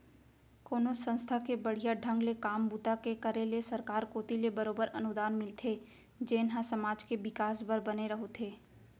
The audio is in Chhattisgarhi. कोनो संस्था के बड़िहा ढंग ले काम बूता के करे ले सरकार कोती ले बरोबर अनुदान मिलथे जेन ह समाज के बिकास बर बने होथे